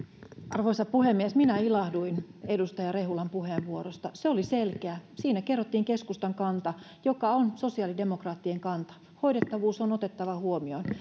arvoisa puhemies minä ilahduin edustaja rehulan puheenvuorosta se oli selkeä siinä kerrottiin keskustan kanta joka on sosiaalidemokraattien kanta hoidettavuus on otettava huomioon